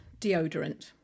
deodorant